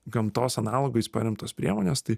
gamtos analogais paremtos priemonės tai